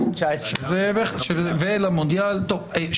טוב,